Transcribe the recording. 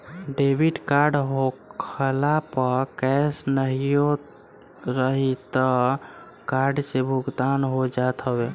debit card होखला पअ cash नाहियो रही तअ कार्ड से भुगतान हो जात हवे